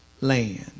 land